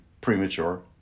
premature